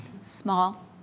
Small